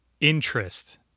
interest